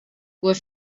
were